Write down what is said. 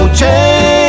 change